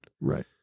Right